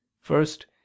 First